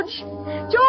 George